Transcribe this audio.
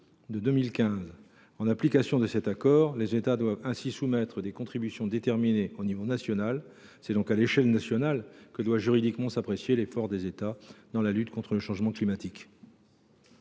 En application de cet accord, les États doivent ainsi soumettre des contributions déterminées au niveau national (CDN). C’est à cette échelle que doit juridiquement s’apprécier l’effort des États dans la lutte contre le changement climatique.